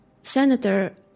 Senator